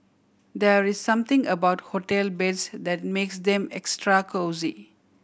there is something about hotel beds that makes them extra cosy